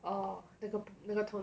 oh 那个那个桶